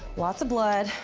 lots of blood,